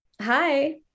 Hi